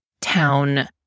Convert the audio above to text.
town